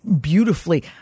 beautifully